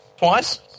Twice